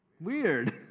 Weird